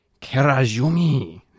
Kerajumi